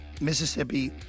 Mississippi